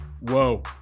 Whoa